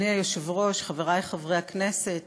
אדוני היושב-ראש, חברי חברי הכנסת,